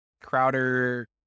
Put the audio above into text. Crowder